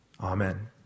Amen